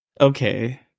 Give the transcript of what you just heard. Okay